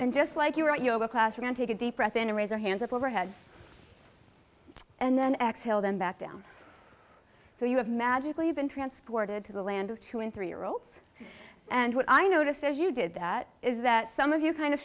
and just like you were at yoga class you can take a deep breath and raise your hands up overhead and then exhale then back down so you have magically been transported to the land of two and three year olds and what i noticed as you did that is that some of you kind of